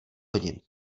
hodin